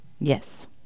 yes